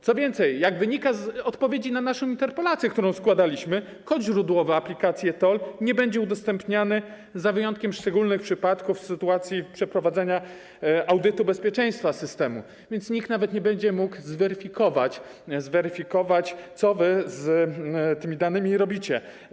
Co więcej, jak wynika z odpowiedzi na naszą interpelację, którą składaliśmy, kod źródłowy aplikacji e-TOLL nie będzie udostępniany za wyjątkiem szczególnych przypadków w sytuacji przeprowadzenia audytu bezpieczeństwa systemu, więc nikt nawet nie będzie mógł zweryfikować, co z tymi danymi robicie.